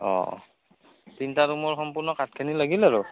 অঁ তিনটা ৰুমৰ সম্পূৰ্ণ কাঠখিনি লাগিল আৰু